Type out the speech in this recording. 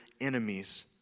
enemies